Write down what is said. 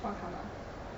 what karma